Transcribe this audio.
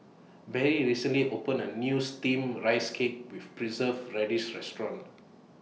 Barrie recently opened A New Steamed Rice Cake with Preserved Radish Restaurant